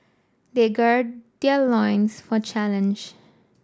they gird their loins for challenge